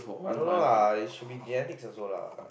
I don't know lah should be genetics also lah